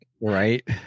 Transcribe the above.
Right